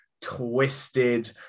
twisted